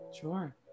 Sure